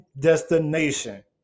destination